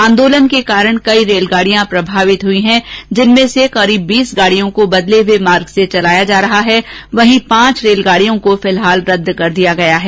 आन्दोलन के कारण कई रेलगाडियां प्रभावित हुई जिनमें से करीब बीस गाडियों को बदले हुए मार्ग से चलाया जा रहा है वहीं पांच रेलगाडियो को फिलहाल रदद कर दिया गया है